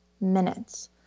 minutes